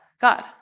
God